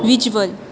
visual